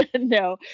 No